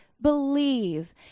believe